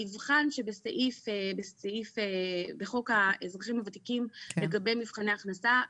המבחן שבחוק האזרחים הוותיקים לגבי מבחני הכנסה,